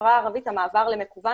מהחברה הערבית המעבר למקוון